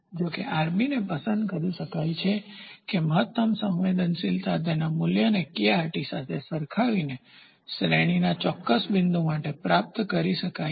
જો કે Rbને પસંદ કરી શકાય છે કે મહત્તમ સંવેદનશીલતા તેના મૂલ્યને kRt સાથે સરખાવીને શ્રેણીના ચોક્કસ બિંદુ માટે પ્રાપ્ત થાય છે